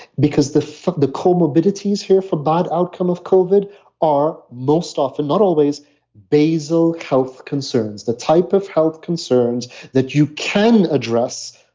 because the the comorbidities here for bad outcome of covid are most often not always bazell health concerns. the type of health concerns that you can address,